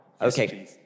Okay